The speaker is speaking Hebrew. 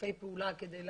ובשיתופי פעולה כדי להרגיע.